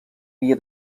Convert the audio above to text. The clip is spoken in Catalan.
via